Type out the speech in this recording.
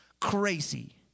Crazy